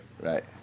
right